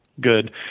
good